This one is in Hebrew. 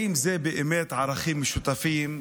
האם אלה באמת ערכים משותפים,